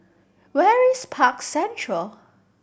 where is Park Central